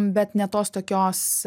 bet ne tos tokios